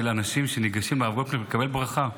אנשים שניגשים לרב גולדקנופ לקבל ברכה.